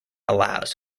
allows